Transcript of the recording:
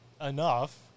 enough